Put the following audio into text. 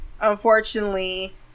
unfortunately